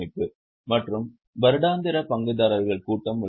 மற்றும் வருடாந்திர பங்குதாரர்கள் கூட்டம் உள்ளது